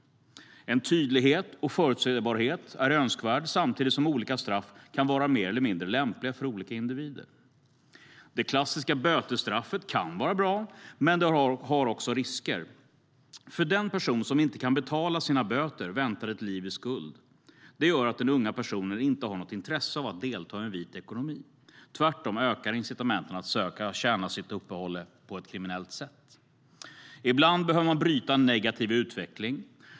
En tydlighet och förutsebarhet är önskvärd, samtidigt som olika straff kan vara mer eller mindre lämpliga för olika individer. Det klassiska bötesstraffet kan vara bra, men har också sina risker. För den som inte kan betala sina böter väntar ett liv i skuld. Det gör att den unga personen inte har något intresse av att delta i en vit ekonomi. Tvärtom ökar incitamenten att söka tjäna sitt uppehälle på ett kriminellt sätt. Ibland behöver man bryta en negativ utveckling.